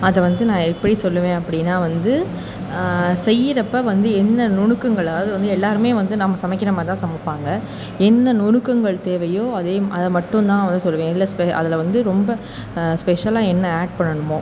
அதை வந்து நான் எப்படி சொல்லுவேன் அப்படினா வந்து செய்யறப்ப வந்து என்ன நுணுக்கங்கள் அதாவது வந்து எல்லாருமே வந்து நம்ம சமைக்கிற மாதிரி தான் சமைப்பாங்க என்ன நுணுக்கங்கள் தேவையோ அதை அதை மட்டும் தான் சொல்வேன் இல்லை ஸ்பெ அதில் வந்து ரொம்ப ஸ்பெஷலாக என்ன ஆட் பண்ணணுமோ